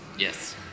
Yes